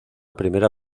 primera